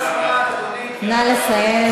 נגמר הזמן, נא לסיים.